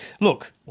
look